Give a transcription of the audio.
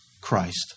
Christ